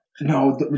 No